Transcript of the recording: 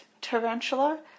Tarantula